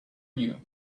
you